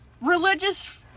religious